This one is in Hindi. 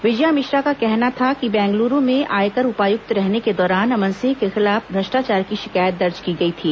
विजया मिश्रा का कहना था कि बेंगलुरु में आयकर उपायुक्त रहने के दौरान अमन सिंह के खिलाफ भ्रष्टाचार की शिकायत दर्ज की गई थी